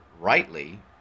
rightly